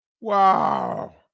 Wow